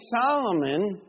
Solomon